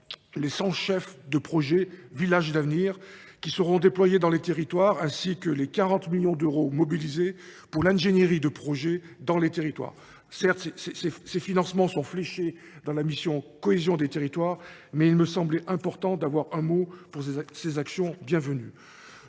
des 100 chefs de projet Villages d’avenir, qui seront déployés dans les territoires, ainsi que les 40 millions d’euros mobilisés pour l’ingénierie de projet dans les territoires. Ces financements sont certes fléchés dans la mission « Cohésion des territoires », mais il me semblait important d’avoir un mot pour ces actions bienvenues.